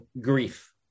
grief